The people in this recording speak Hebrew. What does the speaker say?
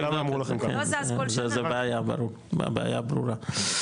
זה בעיה, ברור, הבעיה ברורה.